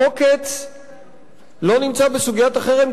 העוקץ לא נמצא בסוגיית החרם,